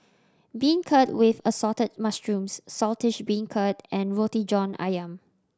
beancurd with Assorted Mushrooms Saltish Beancurd and Roti John Ayam